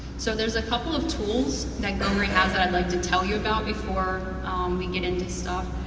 so there's a couple of tools that gomri has that i'd like to tell you about before we get into stuff.